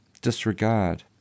disregard